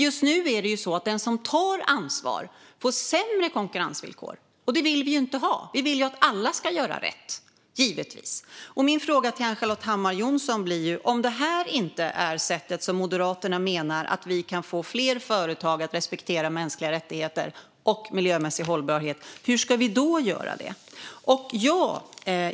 Just nu får ju den som tar ansvar sämre konkurrensvillkor, och så vill vi inte ha det. Vi vill givetvis att alla ska göra rätt. Min fråga till Ann-Charlotte Hammar Johnsson blir därför: Om Moderaterna menar att det inte är så här vi kan få fler företag att respektera mänskliga rättigheter och miljömässig hållbarhet, hur ska vi då göra det?